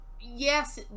Yes